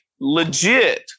legit